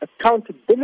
accountability